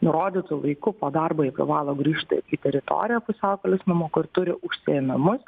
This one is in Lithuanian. nurodytu laiku po darbo jie privalo grįžt į teritoriją pusiaukelės namų kur turi užsiėmimus